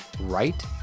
right